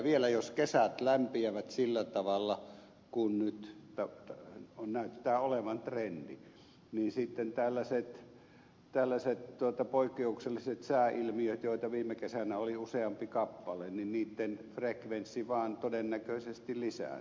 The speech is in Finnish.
vielä jos kesät lämpiävät sillä tavalla kuin nyt näyttää olevan trendi niin sitten tällaisten poikkeuksellisten sääilmiöiden joita viime kesänä oli useampi kappale frekvenssi vaan todennäköisesti lisääntyy